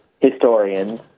historians